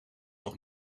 nog